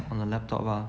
on the laptop ah